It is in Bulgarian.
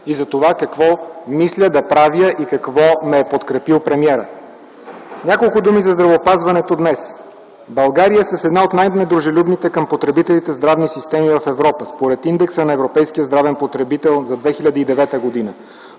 - за това какво мисля да правя и в какво ме е подкрепил премиерът. Няколко думи за здравеопазването днес. България е с една от най-недружелюбните към потребителите здравни системи в Европа според индекса на европейския здравен потребител за 2009 г.